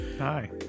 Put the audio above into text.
Hi